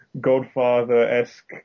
godfather-esque